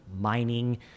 mining